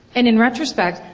and in retrospect,